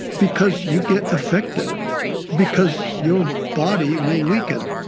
ah because you get affected, and ah because your body will weaken.